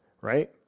right